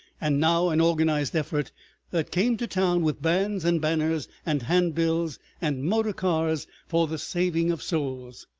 and now an organized effort that came to town with bands and banners and handbills and motor-cars for the saving of souls.